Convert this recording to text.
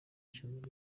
ishyano